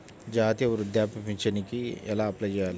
జాతీయ వృద్ధాప్య పింఛనుకి ఎలా అప్లై చేయాలి?